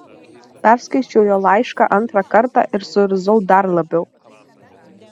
perskaičiau jo laišką antrą kartą ir suirzau dar labiau